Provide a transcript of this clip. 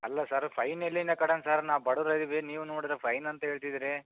ಅಲ್ಲ sir fine ಎಲ್ಲಿಂದ ಕಟ್ಟಣ ಸರ್ ನಾವು ಬಡವ್ರು ಇದೀವಿ ನೀವು ನೋಡ್ದ್ರೆ ಫೈನಂತ ಹೇಳ್ತಿದ್ದೀರಿ